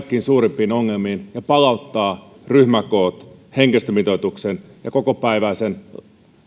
suurimpiin ongelmiin ja palauttaa ryhmäkoot henkilöstömitoituksen ja kokopäiväisen